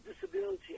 Disability